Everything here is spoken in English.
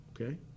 Okay